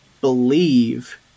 believe